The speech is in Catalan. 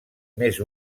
més